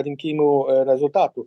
rinkimų ė rezultatus